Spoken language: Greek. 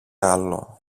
άλλο